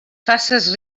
faces